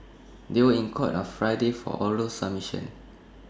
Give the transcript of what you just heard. they were in court on Friday for oral submissions